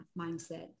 mindset